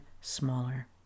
smaller